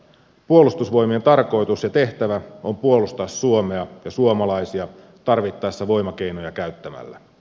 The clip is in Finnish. puolustusvoimien tarkoitus ja tehtävä on puolustaa suomea ja suomalaisia tarvittaessa voimakeinoja käyttämällä